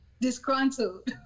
disgruntled